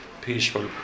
peaceful